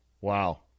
Wow